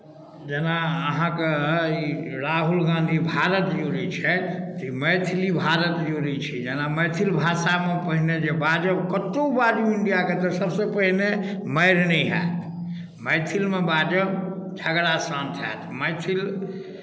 जेना अहाँके ई राहुल गांधी भारत जोड़ैत छथि तऽ ई मैथिली भारत जोड़ैत छै जेना मैथिल भाषामे पहिने जे बाजब कतहु बाजू इंडियाके तऽ सभसँ पहिने मारि नहि हैत मैथिलमे बाजब झगड़ा शांत हैत मैथिल